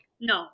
No